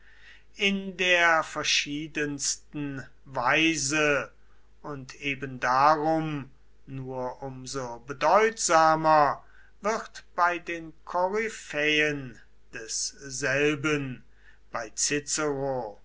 in der verschiedensten weise und ebendarum nur um so bedeutsamer wird bei den koryphäen desselben bei